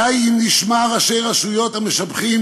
די אם נשמע ראשי רשויות המשבחים